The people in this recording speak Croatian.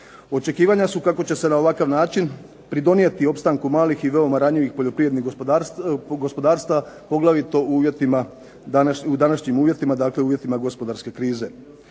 Očekivanja su kako će se na ovakav način pridonijeti opstanku malih i veoma ranjivih poljoprivrednih gospodarstava poglavito u uvjetima u uvjetima gospodarske krize.